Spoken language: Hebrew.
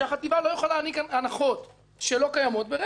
לא יכולה להעניק הנחות שלא קיימות ברמ"י.